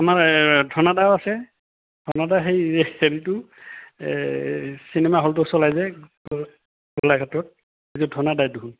আমাৰ ধনদাও আছে ধনদা সেই হেৰিটো এই চিনেমা হলটো চলাই যে এইটো গোলাঘাটত এইটো ধনদাইটো